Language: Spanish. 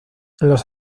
los